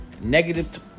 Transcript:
Negative